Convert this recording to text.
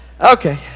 okay